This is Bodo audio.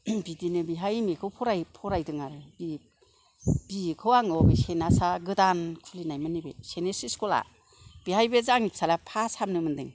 बिदिनो बिहा एम ए खौ फराय फरायदों आरो दि बि ए खौ आङो हबे सेनास आ गोदान खुलिनायमोन नैबे सेनेस इस्कुला बेहाय बे आंनि फिसालाया फास हाबनो मोनदों